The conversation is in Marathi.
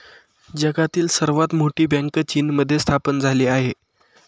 जगातील सर्वात मोठी बँक चीनमध्ये स्थापन झाली आहे